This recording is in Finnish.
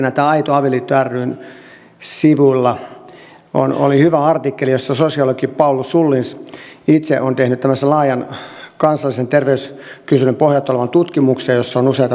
aito avioliitto ryn sivuilla oli hyvä artikkeli jossa sosiologi paul sullins itse on tehnyt laajan kansallisen terveyskyselyn pohjalta tutkimuksen jossa on useita tutkimusaineistoja